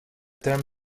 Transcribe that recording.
term